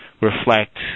reflect